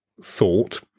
thought